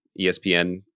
ESPN